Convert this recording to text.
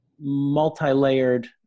multi-layered